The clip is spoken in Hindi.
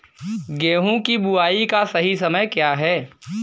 गेहूँ की बुआई का सही समय क्या है?